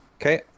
Okay